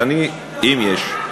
אם יש,